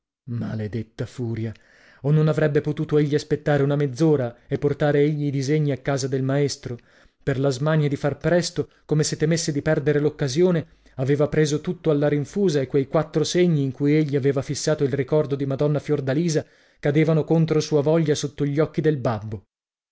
maledetta furia o non avrebbe potuto egli aspettare una mezz'ora e portare egli i disegni a casa del maestro per la smania di far presto come se temesse di perdere l'occasione aveva preso tutto alla rinfusa e quei quattro segni in cui egli aveva fissato il ricordo di madonna fiordalisa cadevano contro sua voglia sotto gli occhi del babbo